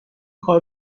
کار